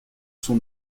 son